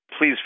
Please